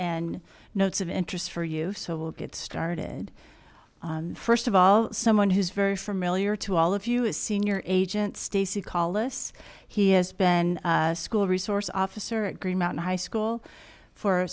and notes of interest for you so we'll get started first of all someone who's very familiar to all of you is senior agent stacie collis he has been a school resource officer at green mountain high school for